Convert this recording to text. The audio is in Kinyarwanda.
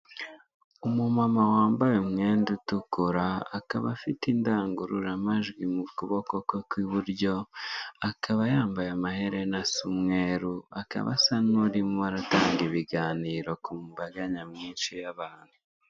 Umumama wambaye umwenda utukura, akaba afite indangururamajwi mu kuboko kwe kw'iburyo, akaba yambaye amaherena asa umweru, akaba asa n'urimo aratanga ibiganiro ku mbaga nyamwinshi y'abantu.